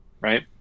right